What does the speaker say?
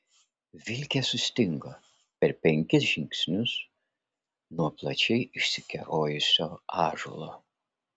vilkė sustingo per penkis žingsnius nuo plačiai išsikerojusio ąžuolo